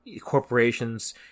corporations